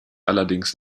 allerdings